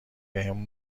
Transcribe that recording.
بهمون